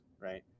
right